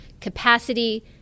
capacity